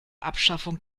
abschaffung